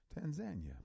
Tanzania